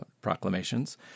proclamations